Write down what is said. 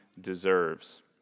deserves